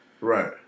right